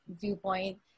viewpoint